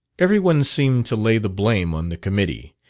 every one seemed to lay the blame on the committee,